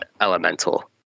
elemental